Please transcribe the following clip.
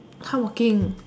hardworking